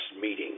meeting